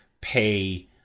pay